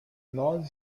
nós